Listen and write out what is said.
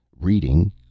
Reading